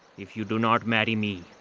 if you do not marry me,